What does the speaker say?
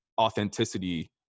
authenticity